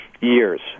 years